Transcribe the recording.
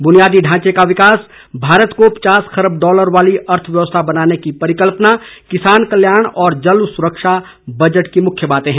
बुनियादी ढांचे का विकास भारत को पचास खरब डालर वाली अर्थव्यवस्था बनाने की परिकल्पना किसान कल्याण और जल सुरक्षा बजट की मुख्य बातें हैं